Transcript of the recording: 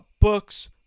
books